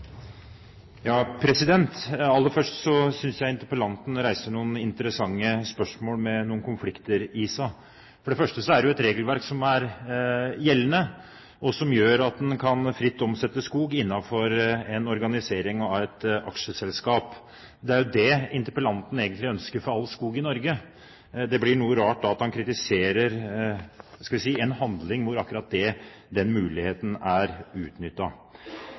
Aller først: Jeg synes interpellanten reiser noen interessante spørsmål, med noen konflikter i seg. For det første er det et regelverk som er gjeldende, og som gjør at en fritt kan omsette skog innenfor en organisering av et aksjeselskap. Det er jo det interpellanten egentlig ønsker for all skog i Norge. Det blir da noe rart at han kritiserer, skal vi si, en handling hvor akkurat den muligheten er